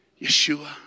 Yeshua